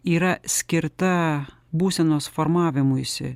yra skirta būsenos formavimuisi